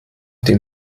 dem